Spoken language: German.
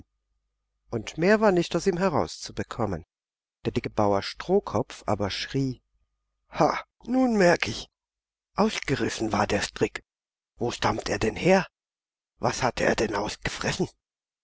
und mehr war nicht aus ihm herauszubekommen der dicke bauer strohkopf aber schrie ha nun merk ich ausgerissen war der strick wo stammt er denn her was hatte er denn ausgefressen